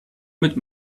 mit